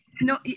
no